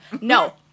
No